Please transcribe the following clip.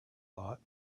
thought